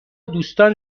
دوستان